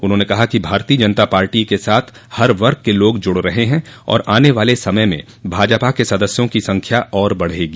उन्होंने कहा कि भारतीय जनता पार्टा के साथ हर वर्ग के लोग जुड़ रहे हैं और आने वाले समय में भाजपा के सदस्यों की संख्या और बढ़ेगी